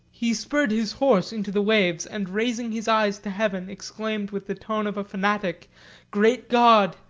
he spurred his horse into the waves, and raising his eyes to heaven, exclaimed with the tone of a fanatic great god!